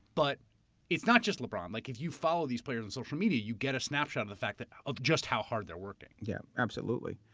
but it's not just lebron. like if you follow these players on social media, you get a snapshot of the fact of just how hard they're working. yeah, absolutely.